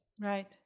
Right